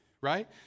right